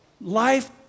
Life